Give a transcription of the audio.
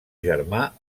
germà